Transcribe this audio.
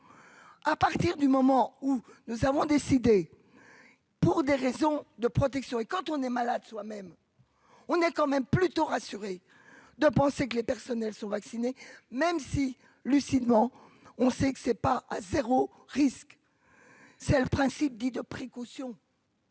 à partir du moment où nous avons décidé, pour des raisons de protection, et quand on est malade soi même, on est quand même plutôt rassuré de penser que les personnels sont vaccinés, même si lucidement, on sait que c'est pas à 0 risque, c'est le principe dit de précaution.